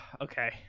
Okay